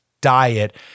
diet